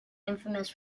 infamous